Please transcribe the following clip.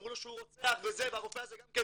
אמרו לו שהוא רוצח וזה והרופא הזה גם כן